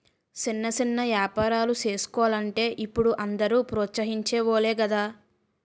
సిన్న సిన్న ఏపారాలు సేసుకోలంటే ఇప్పుడు అందరూ ప్రోత్సహించె వోలే గదా